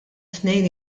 tnejn